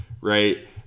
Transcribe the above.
right